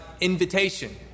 invitation